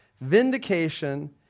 vindication